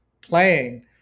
playing